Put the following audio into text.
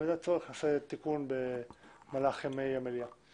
במידת הצורך נעשה תיקון במהלך ימי הכנסת.